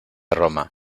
roma